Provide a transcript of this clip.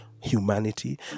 humanity